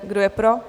Kdo je pro?